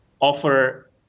offer